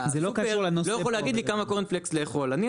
הסופר לא יכול להגיד לי כמה קורנפלקס לאכול,